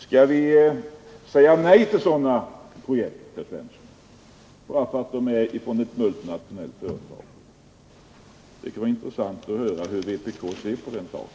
Skall vi säga nej till sådana projekt, herr Svensson, bara därför att det gäller ett multinationellt företag? Det kunde vara intressant att höra hur vpk ser på den saken.